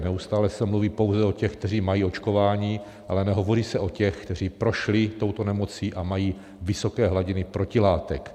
Neustále se mluví pouze o těch, kteří mají očkování, ale nehovoří se o těch, kteří prošli touto nemocí a mají vysoké hladiny protilátek.